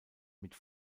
mit